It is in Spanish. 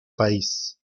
país